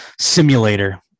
simulator